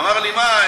אמר לי: מה,